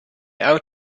out